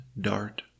dart